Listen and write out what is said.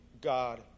God